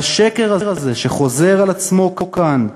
השקר הזה שחוזר על עצמו כאן,